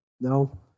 No